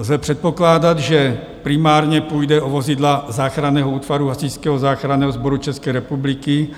Lze předpokládat, že primárně půjde o vozidla záchranného útvaru Hasičského záchranného sboru České republiky